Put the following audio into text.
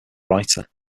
writer